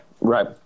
Right